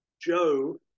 Joe